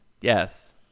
Yes